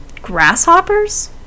grasshoppers